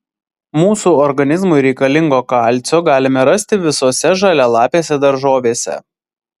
mūsų organizmui reikalingo kalcio galime rasti visose žalialapėse daržovėse